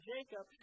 Jacob